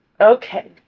Okay